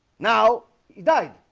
now he died